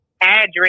address